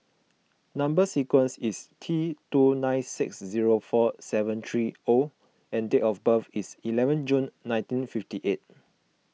Number Sequence is T two nine six zero four seven three O and date of birth is eleven June nineteen fifty eight